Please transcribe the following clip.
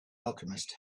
alchemist